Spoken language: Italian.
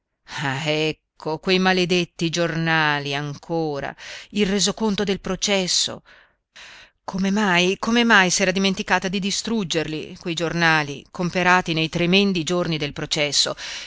ecco quei maledetti giornali ancora il resoconto del processo come mai come mai s'era dimenticata di distruggerli quei giornali comperati nei tremendi giorni del processo